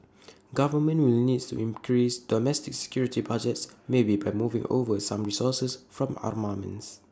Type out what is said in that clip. governments will need to increase domestic security budgets maybe by moving over some resources from armaments